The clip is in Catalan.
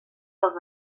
dels